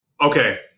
Okay